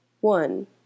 one